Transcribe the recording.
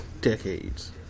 decades